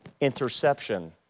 interception